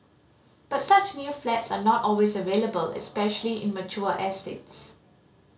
but such new flats are not always available especially in mature estates